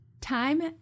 Time